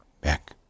back